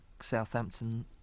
Southampton